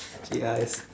K ask